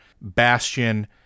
bastion